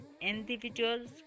individuals